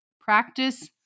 practice